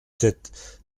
sept